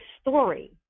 story